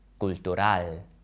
Cultural